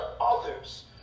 others